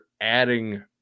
adding